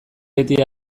beti